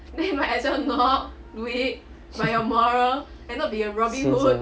闲 sia